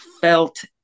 felt